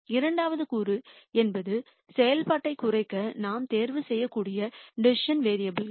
இரண்டாவது கூறு என்பது செயல்பாட்டைக் குறைக்க நாம் தேர்வுசெய்யக்கூடிய டிசிசன் வேரியபுல் கள்